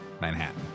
Manhattan